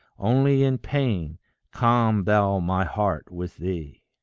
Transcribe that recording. only in pain calm thou my heart with thee.